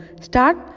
start